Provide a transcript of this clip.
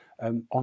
On